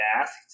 asked